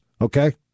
okay